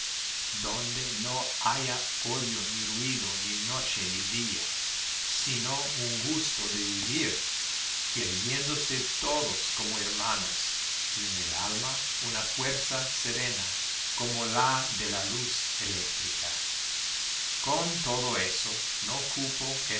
donde no haya odio ni ruido ni noche ni día sino un gusto de vivir queriéndose todos como hermanos y en el alma una fuerza serena como la de la luz eléctrica con todo eso no cupo